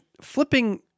flipping